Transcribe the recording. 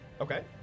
Okay